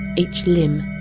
each limb,